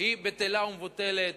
בטלה ומבוטלת.